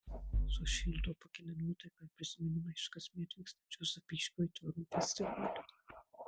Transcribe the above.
sušildo pakelia nuotaiką ir prisiminimai iš kasmet vykstančio zapyškio aitvarų festivalio